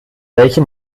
welche